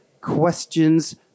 questions